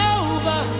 over